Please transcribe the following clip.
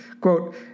quote